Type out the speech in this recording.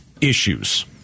issues